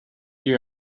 you